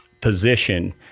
position